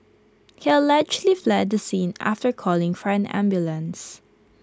he allegedly fled the scene after calling for an ambulance